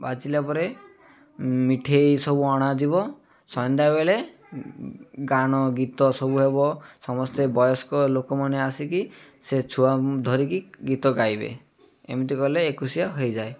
ବାଜିଲା ପରେ ମିଠେଇ ସବୁ ଅଣାାଯିବ ସନ୍ଧ୍ୟାବେଳେ ଗାନ ଗୀତ ସବୁ ହେବ ସମସ୍ତେ ବୟସ୍କ ଲୋକମାନେ ଆସିକି ସେ ଛୁଆ ଧରିକି ଗୀତ ଗାଇବେ ଏମିତି କଲେ ଏକୋଇଶିଆ ହେଇଯାଏ